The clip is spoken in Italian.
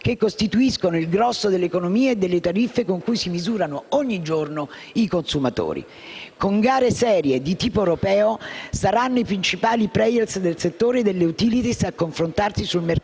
che costituiscono il grosso dell'economia e delle tariffe con cui si misurano ogni giorno i consumatori. Con gare serie, di tipo europeo, saranno i principali *player* del settore delle *utility* a confrontarsi sul mercato